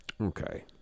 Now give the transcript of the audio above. Okay